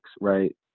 right